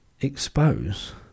Expose